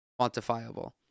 quantifiable